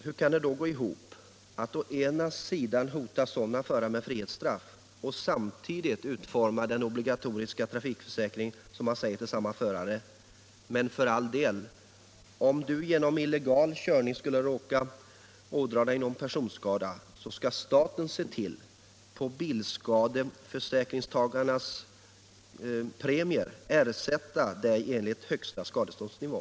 Hur kan det då gå ihop att vi å ena sidan hotar sådana förare med frihetsstraff och samtidigt, å andra sidan, utformar den obligatoriska trafikförsäkringen så att man säger till samma förare: Men för all del, om ni genom illegal körning skulle råka vålla någon personskada, så skall staten se till att ni genom bilförsäkringstagarnas premier ersätts enligt högsta skadeståndsnivå?